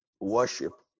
worship